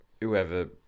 Whoever